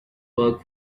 work